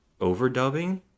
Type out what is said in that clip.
overdubbing